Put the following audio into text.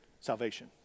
salvation